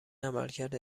عملکرد